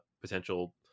potential